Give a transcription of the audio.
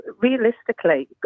realistically